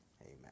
Amen